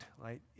right